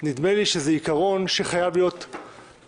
נדמה לי שזה עיקרון שחייב להיות כתוב,